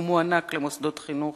והוא מוענק למוסדות חינוך,